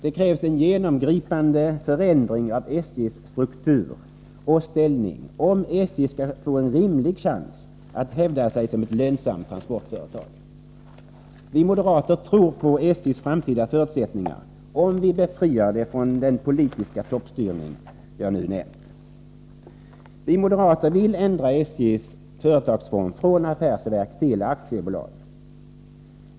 Det krävs en genomgripande förändring av SJ:s struktur och ställning, om SJ skall få en rimlig chans att hävda sig som ett lönsamt transportföretag. Vi moderater tror på SJ:s framtida möjligheter, men en förutsättning för dessa är att vi befriar SJ från den politiska toppstyrning jag nu nämnt.